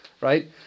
right